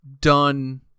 done